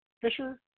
Fisher